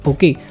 Okay